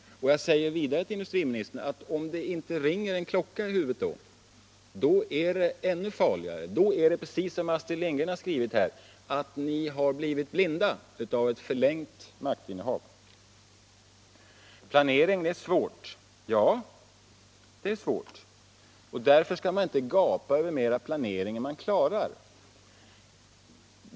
Om det inte ringer en klocka i huvudet på industriministern när han läser den artikeln, är det ännu farligare. Då är det precis som Astrid Lindgren har skrivit: Ni har blivit blinda av ett förlängt maktinnehav. Planering är svårt, säger industriministern. Ja, det är svårt, och därför skall man inte gapa över mer planering än man klarar.